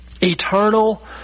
Eternal